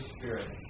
Spirit